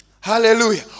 Hallelujah